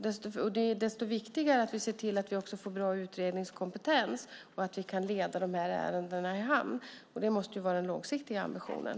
Det är desto viktigare att vi ser till att få bra utredningskompetens och att vi kan leda de här ärendena i hamn. Det måste ju vara den långsiktiga ambitionen.